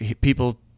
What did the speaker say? people